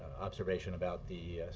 observation about the